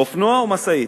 אופנוע או משאית?